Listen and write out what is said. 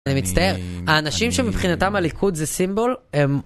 אני מצטער, האנשים שמבחינתם הליכוד זה סימבול הם